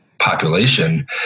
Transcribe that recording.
population